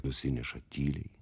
nusineša tyliai